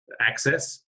access